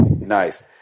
Nice